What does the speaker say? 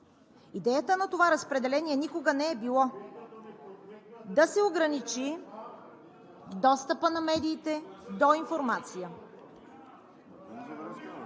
Идеята на това разпределение никога не е било да се ограничи достъпът на медиите до информация.